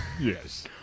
Yes